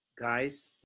Guys